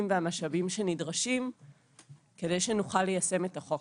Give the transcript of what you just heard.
והמשאבים שנדרשים כדי שנוכל ליישם את החוק.